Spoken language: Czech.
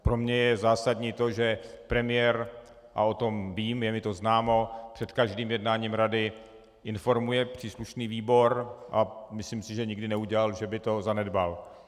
Pro mě je zásadní to, že premiér a o tom vím, je mi to známo před každým jednáním Rady informuje příslušný výbor, a myslím si, že nikdy neudělal, že by to zanedbal.